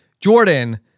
Jordan